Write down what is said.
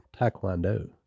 Taekwondo